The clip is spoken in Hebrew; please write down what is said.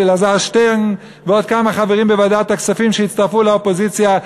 אלעזר שטרן ועוד כמה חברים בוועדת הכספים שהצטרפו לאופוזיציה,